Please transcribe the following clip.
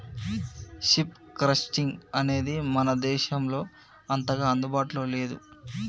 sheep crutching అనేది మన దేశంలో అంతగా అందుబాటులో లేదు